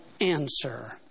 answer